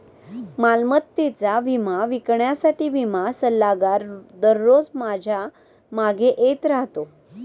मालमत्तेचा विमा विकण्यासाठी विमा सल्लागार दररोज माझ्या मागे येत राहतो